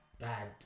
bad